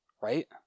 Right